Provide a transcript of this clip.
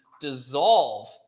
dissolve